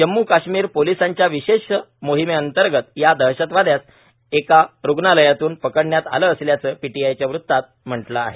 जम्म् काश्मीर पोलिसांच्या विशेष मोहिमे अंतर्गत या दहशतवाद्यास एका रुग्णालयातून पकडण्यात आलं असल्याचं पीटीआयच्या वृत्तात म्हटलं आहे